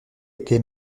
était